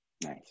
Nice